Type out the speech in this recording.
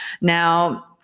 Now